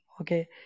Okay